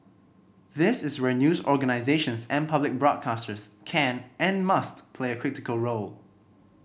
this is where news organisations and public broadcasters can and must play a critical role